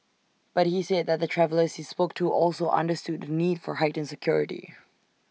but he said that the travellers he spoke to also understood the need for heightened security